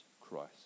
Christ